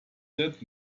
that